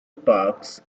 parks